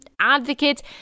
advocates